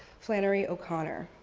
flannery o'connor.